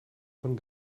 von